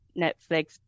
Netflix